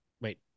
Wait